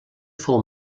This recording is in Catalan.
fou